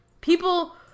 people